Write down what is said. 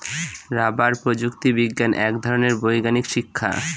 rubber প্রযুক্তি বিজ্ঞান এক ধরনের বৈজ্ঞানিক শিক্ষা